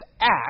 act